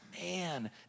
man